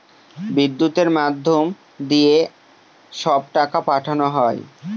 বিদ্যুতের মাধ্যম দিয়ে সব টাকা পাঠানো হয়